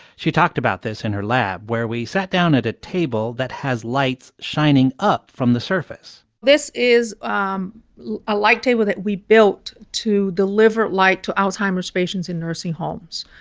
she talked about this in her lab, where we sat down at a table that has lights shining up from the surface this is um a light like table that we built to deliver light to alzheimer's patients in nursing homes.